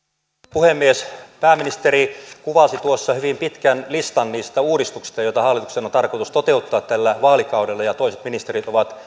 puhemies pääministeri kuvasi tuossa hyvin pitkän listan niistä uudistuksista joita hallituksen on tarkoitus toteuttaa tällä vaalikaudella ja ja toiset ministerit ovat